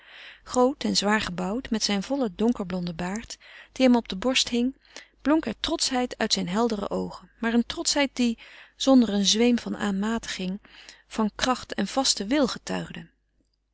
groot en zwaar gebouwd met zijn vollen donkerblonden baard die hem op de borst hing blonk er trotschheid uit zijne heldere oogen maar eene trotschheid die zonder een zweem van aanmatiging van kracht en vasten wil getuigde